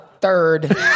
Third